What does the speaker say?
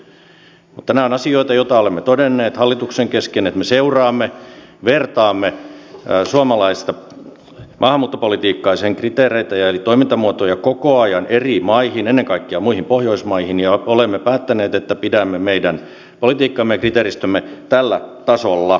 mutta nämä ovat asioita joista olemme todenneet hallituksen kesken että me seuraamme niitä vertaamme suomalaista maahanmuuttopolitiikkaa ja sen kriteereitä ja toimintamuotoja koko ajan eri maihin ennen kaikkea muihin pohjoismaihin ja olemme päättäneet että pidämme meidän politiikkamme ja kriteeristömme tällä tasolla